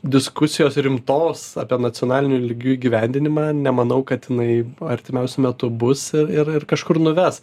diskusijos rimtos apie nacionaliniu lygiu įgyvendinimą nemanau kad jinai artimiausiu metu bus i ir ir kažkur nuves